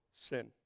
sin